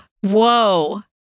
whoa